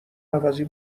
عوضی